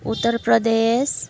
Uttar Pradesh